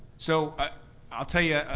so but i'll tell you, yeah